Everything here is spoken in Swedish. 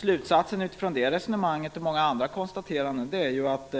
Slutsatsen utifrån det resonemanget och många andra konstateranden är ju att